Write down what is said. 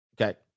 Okay